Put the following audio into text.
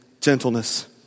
gentleness